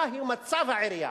הטענה היתה מצב העירייה.